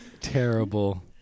Terrible